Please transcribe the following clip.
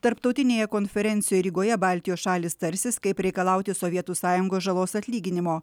tarptautinėje konferencijoje rygoje baltijos šalys tarsis kaip reikalauti sovietų sąjungos žalos atlyginimo